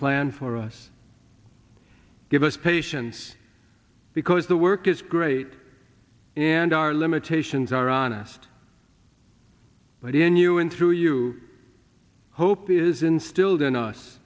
plan for us give us patience because the work is great and our limitations are honest but in you and through you hope is instilled in us